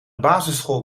basisschool